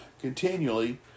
continually